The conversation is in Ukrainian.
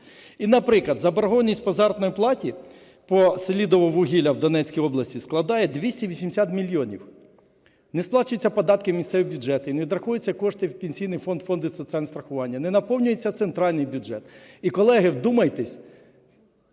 І, наприклад, заборгованість по заробітній платі, по "Селидіввугілля" в Донецькій області складає 280 мільйонів. Не сплачуються податки в місцеві бюджети і не відраховуються кошти в Пенсійний фонд і фонди соціального страхування, не наповнюється центральний бюджет. І, колеги, вдумайтесь,